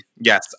yes